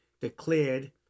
declared